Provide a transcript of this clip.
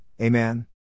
Amen